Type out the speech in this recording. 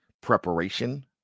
preparation